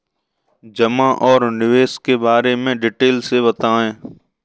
जमा और निवेश के बारे में डिटेल से बताएँ?